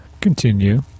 continue